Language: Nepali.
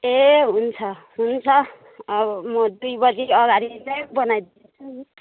ए हुन्छ हुन्छ अब म दुई बजी अगाडि चाहिँ बनाइदिन्छु नि